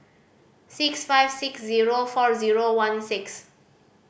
six five six zero four zero one six